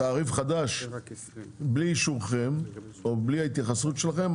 תעריף חדש בלי אישורכם או בלי ההתייחסות שלכם,